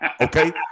Okay